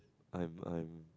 I am I am